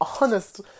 Honest